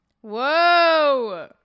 Whoa